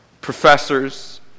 professors